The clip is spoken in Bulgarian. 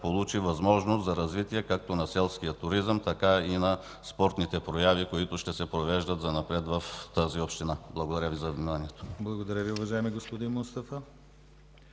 получи възможност за развитие както на селския туризъм, така и на спортните прояви, които ще се провеждат занапред в тази община. Благодаря Ви за вниманието. ПРЕДСЕДАТЕЛ ДИМИТЪР ГЛАВЧЕВ: Благодаря Ви, уважаеми господин Мустафа.